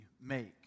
make